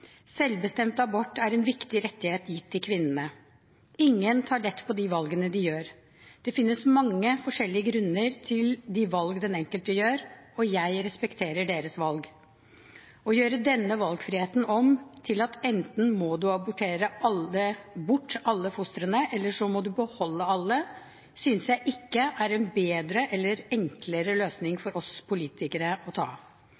Selvbestemt abort er en viktig rettighet gitt til kvinnene. Ingen tar lett på de valgene de gjør. Det finnes mange forskjellige grunner til de valg den enkelte gjør, og jeg respekterer deres valg. Det å gjøre om denne valgfriheten til at enten må en abortere alle fostrene, eller så må en beholde alle, synes ikke jeg er en bedre eller enklere løsning